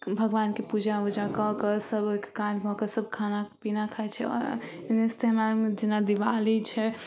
भगवानके पूजा उजा कऽ कऽ सब ओहिके काल्हि भऽ कऽ सभ खाना पीना खाइ छै एनाहिते हमरा आरके जेना दिवाली छै